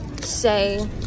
say